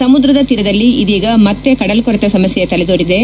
ಸಮುದ್ರದ ತೀರದಲ್ಲಿ ಇದೀಗ ಮತ್ತೆ ಕಡಲೊರೆತ ಸಮಸ್ಯೆ ತಲೆದೋರಿದೆ